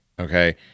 okay